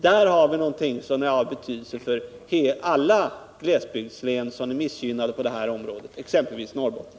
Den är av betydelse för alla glesbygdslän som är missgynnade på detta område, exempelvis Norrbotten.